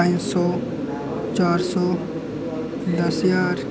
पंज सौ चार सौ दस ज्हार